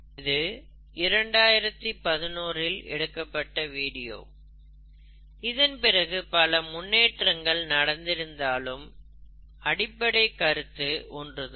இது 2011 இல் எடுக்கப்பட்ட வீடியோ இதன்பிறகு பல முன்னேற்றங்கள் நடந்திருந்தாலும் அடிப்படை கருத்து ஒன்றுதான்